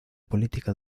política